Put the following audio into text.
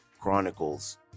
chronicles